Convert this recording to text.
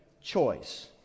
choice